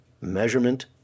measurement